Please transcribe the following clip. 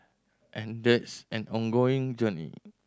and that's an ongoing journey